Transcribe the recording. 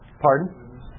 Pardon